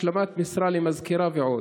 השלמת משרה למזכירה ועוד.